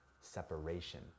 separation